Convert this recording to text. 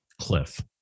cliff